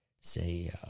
say